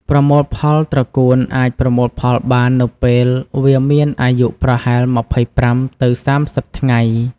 ប្រមូលផលត្រកួនអាចប្រមូលផលបាននៅពេលវាមានអាយុប្រហែល ២៥ ទៅ ៣០ ថ្ងៃ។